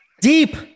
deep